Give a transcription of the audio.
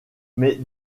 mes